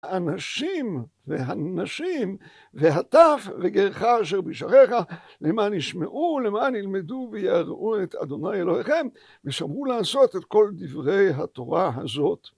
אנשים, והנשים, והטף, וגרך אשר בשעריך, למען ישמעו, למען ילמדו וייראו את אדוני אלוהיכם, ושמרו לעשות את כל דברי התורה הזאת.